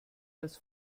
das